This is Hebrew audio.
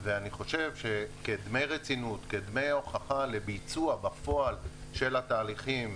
אני חושב שכדמי רצינות לביצוע בפועל של התהליכים,